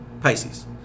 Pisces